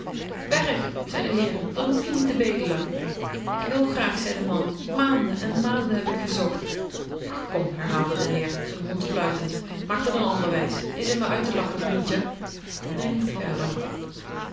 zei de heer dan hoef je niet te bedelen ik wil graag zei de man maanden en maanden heb ik gezocht ach kom herhaalde de heer z'n hond fluitend maak dat n ander wijs jij zit me uit te lachen vriendje en hij liep verder